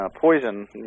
poison